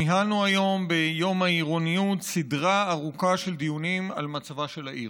ניהלנו היום ביום העירוניות סדרה ארוכה של דיונים על מצבה של העיר.